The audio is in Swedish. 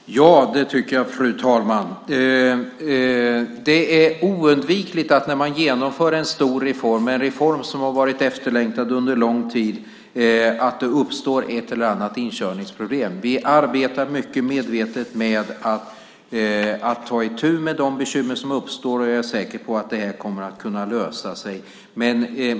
Fru talman! Ja, det tycker jag. Det är oundvikligt när man genomför en stor reform, en reform som har varit efterlängtad under lång tid, att det uppstår ett eller annat inkörningsproblem. Vi arbetar mycket medvetet med att ta itu med de bekymmer som uppstår, och jag är säker på att det här kommer att kunna lösa sig.